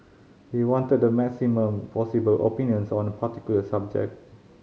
he wanted the maximum possible opinions on a particular subject